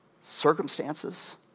circumstances